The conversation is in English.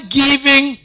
giving